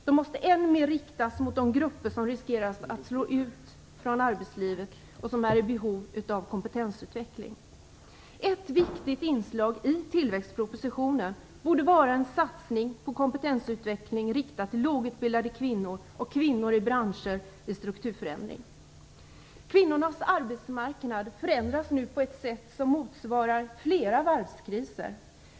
Det måste ännu mera riktas mot de grupper som riskerar att slås ut från arbetslivet och som är i behov av kompetensutveckling. Ett viktigt inslag i tillväxtpropositionen borde vara en satsning på kompetensutveckling riktad till lågutbildade kvinnor och kvinnor i branscher med strukturförändringar. Kvinnornas arbetsmarknad förändras nu på ett sätt som motsvarar flera varvskriser.